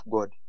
God